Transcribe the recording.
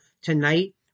tonight